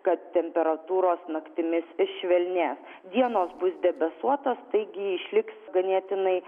kad temperatūros naktimis švelnės dienos bus debesuotos taigi išliks ganėtinai